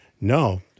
No